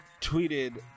Tweeted